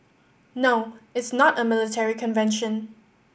no it's not a military convention